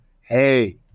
hey